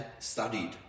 studied